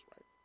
right